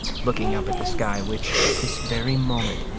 looking up at the sky, which, at this very moment,